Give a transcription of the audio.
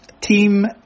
Team